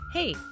Hey